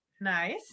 nice